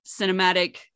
cinematic